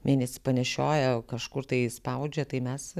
mėnesį panešioja kažkur tai spaudžia tai mes